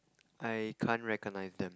I can't recognise them